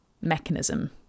mechanism